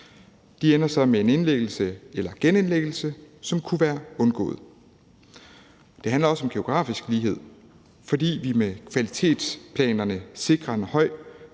Det ender så med en indlæggelse eller genindlæggelse, som kunne have været undgået. Det handler også om geografisk lighed, fordi vi med kvalitetsplanerne sikrer en høj